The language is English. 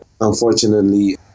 unfortunately